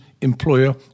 employer